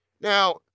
Now